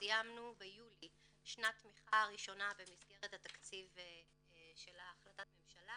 סיימנו ביולי שנת תמיכה ראשונה במסגרת התקציב של החלטת הממשלה